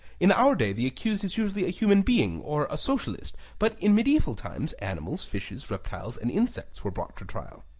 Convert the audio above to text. in our day the accused is usually a human being, or a socialist, but in mediaeval times, animals, fishes, reptiles and insects were brought to trial.